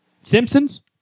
Simpsons